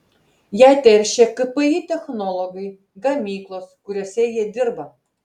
ją teršia kpi technologai gamyklos kuriose jie dirba